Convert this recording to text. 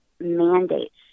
mandates